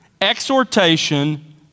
exhortation